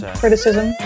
criticism